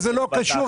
אבל זה לא קשור.